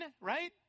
right